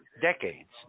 decades